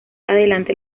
adelante